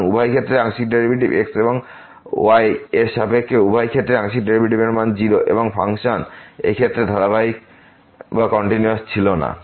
সুতরাং উভয় ক্ষেত্রে আংশিক ডেরিভেটিভ x এবং y এর সাপেক্ষে উভয় ক্ষেত্রেই আংশিক ডেরিভেটিভের মান 0 এবং ফাংশন এই ক্ষেত্রে ধারাবাহিক ছিল না